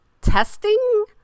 testing